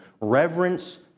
Reverence